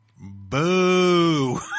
Boo